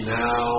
now